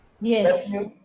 Yes